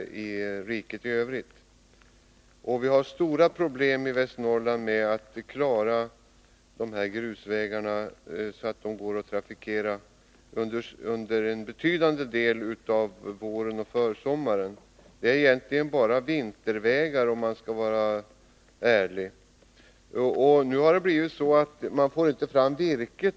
Vi har under stora delar av våren och försommaren stora problem i Västernorrlands län med att klara av att hålla grusvägarna i sådant skick att de går att trafikera. De är egentligen bara vintervägar, om man skall vara ärlig. Det har blivit så att man inte fått fram virkestransporter.